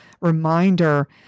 reminder